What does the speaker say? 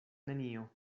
nenio